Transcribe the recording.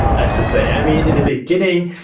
i have to say. i mean in the beginning,